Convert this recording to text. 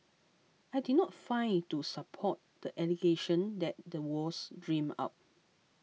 I did not find to support the allegation that the was dreamt up